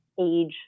age